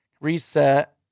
reset